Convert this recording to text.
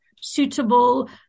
suitable